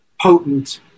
potent